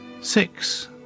six